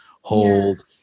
hold